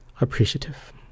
appreciative